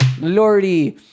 Lordy